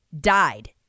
died